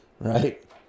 Right